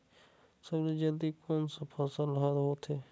सबले जल्दी कोन सा फसल ह होथे?